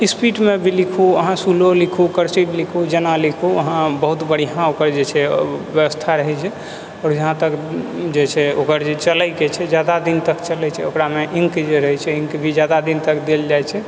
स्पीडमे भी लिखु अहाँ स्लो लिखु कर्सिव लिखु जेना लिखु अहाँ बहुत बढिआँ ओकर जे छै व्यवस्था रहै छै आउर जहाँ तक जे छै ओकर जे चलै के छै जादा दिन तक चलै छै ओकरामे इंक जे रहै छै इंक भी जादा दिन तक जाइ छै